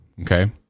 Okay